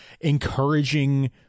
encouraging